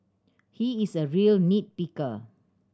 he is a real nit picker